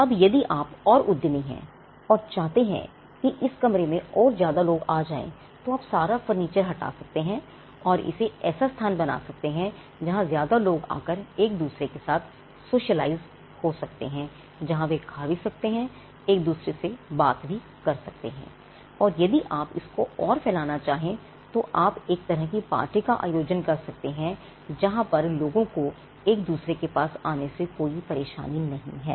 अब यदि आप और उद्यमी हैं और चाहते हैं कि इस कमरे में और ज्यादा लोग आ जाएं तो आप सारा फर्नीचर हटा सकते हैं और इसे एक ऐसा स्थान बना सकते हैं जहां ज्यादा लोग आकर एक दूसरे के साथ सोशलाइज हो सकते हैं जहां वे खा भी सकते हैं एक दूसरे के साथ बात कर सकते हैं और यदि आप इसको और फैलाना चाहे तो आप एक तरह की पार्टी का आयोजन कर सकते हैं जहां पर लोगों को एक दूसरे के पास आने से कोई परेशानी नहीं है